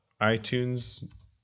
iTunes